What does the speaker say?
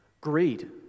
greed